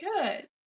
Good